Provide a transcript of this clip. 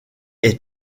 est